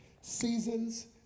Seasons